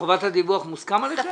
חובת הדיווח מוסכמת עליכם?